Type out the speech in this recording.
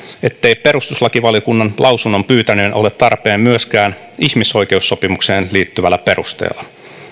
ettei perustuslakivaliokunnan lausunnon pyytäminen ole tarpeen myöskään ihmisoikeussopimukseen liittyvällä perusteella